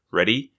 Ready